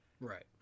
Right